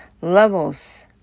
levels